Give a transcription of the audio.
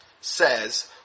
says